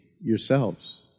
yourselves